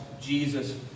Jesus